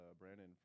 Brandon